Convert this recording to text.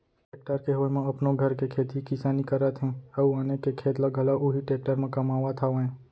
tractor के होय म अपनो घर के खेती किसानी करत हें अउ आने के खेत ल घलौ उही टेक्टर म कमावत हावयँ